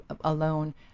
alone